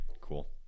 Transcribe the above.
Cool